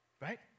right